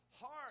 heart